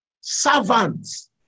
Servants